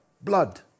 blood